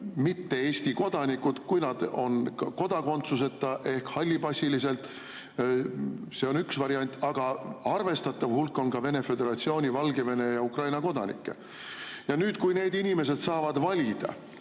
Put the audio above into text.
mitte Eesti kodanikud, vaid kodakondsuseta ehk hallipassilised, see on üks variant, aga arvestatav hulk on ka Vene föderatsiooni, Valgevene ja Ukraina kodanikke. Ja nüüd, kui need inimesed saavad valida,